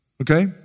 okay